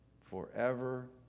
forever